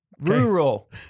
Rural